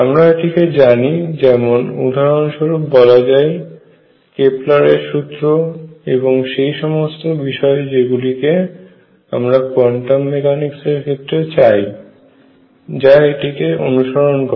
আমরা এটিকে জানি যেমন উদাহরণস্বরূপ বলা যায় কেপলারের সূত্র এবং সেই সমস্ত বিষয় যেগুলিকে আমরা কোয়ান্টাম মেকানিক্সের ক্ষেত্রে চাই যা এটিকে অনুসরণ করে